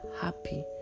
happy